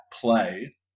play